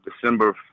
December